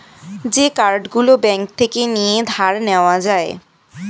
যে কার্ড গুলো ব্যাঙ্ক থেকে নিয়ে ধার নেওয়া যায়